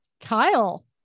Kyle